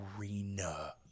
arena